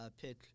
pick